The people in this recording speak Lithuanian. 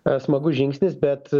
e smagus žingsnis bet